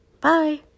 bye